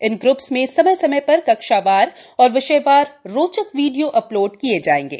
इन groups में समय समय पर कक्षावार और विषयवार रोचक वीडियो अपलोड किए जाएंगे